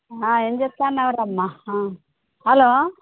ఏం చేస్తాన్నావురమ్మా హలో